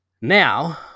Now